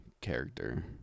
character